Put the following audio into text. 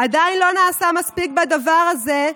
עדיין לא נעשה מספיק בדבר הזה,